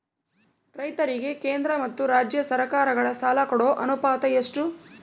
ರೈತರಿಗೆ ಕೇಂದ್ರ ಮತ್ತು ರಾಜ್ಯ ಸರಕಾರಗಳ ಸಾಲ ಕೊಡೋ ಅನುಪಾತ ಎಷ್ಟು?